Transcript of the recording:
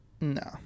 no